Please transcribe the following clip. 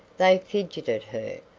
they fidgeted her,